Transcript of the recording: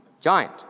giant